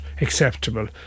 acceptable